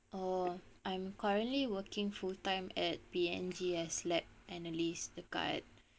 err I'm currently working full time at P&G as lab analyst dekat